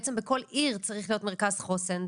בעצם בכל עיר צריך להיות מרכז חוסן,